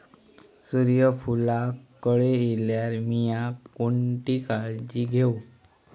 सूर्यफूलाक कळे इल्यार मीया कोणती काळजी घेव?